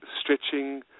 stretching